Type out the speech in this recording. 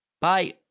Bye